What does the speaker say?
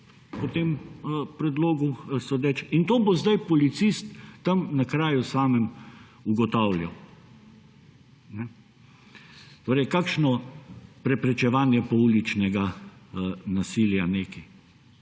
po tem predlogu sodeč. In to bo zdaj policist tam na kraju samem ugotavljal. Kakšno preprečevanje pouličnega nasilja neki?!